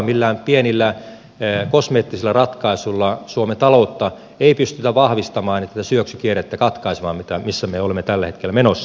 millään pienillä kosmeettisilla ratkaisuilla suomen taloutta ei pystytä vahvistamaan ja katkaisemaan tätä syöksykierrettä missä me olemme tällä hetkellä menossa